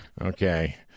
Okay